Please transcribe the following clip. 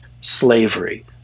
slavery